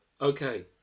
Okay